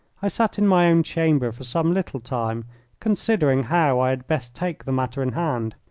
i sat in my own chamber for some little time considering how i had best take the matter in hand.